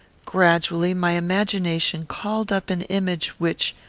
gradually my imagination called up an image which,